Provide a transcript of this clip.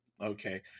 Okay